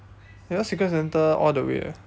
you not secret santa all the way ah